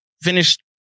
finished